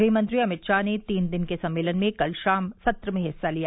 गृह मंत्री अमित शाह ने तीन दिन के सम्मेलन में कल शाम सत्र में हिस्सा लिया